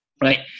Right